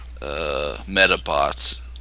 MetaBots